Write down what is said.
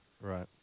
Right